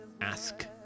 Ask